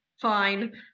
Fine